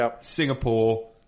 Singapore